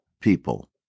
people